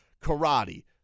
karate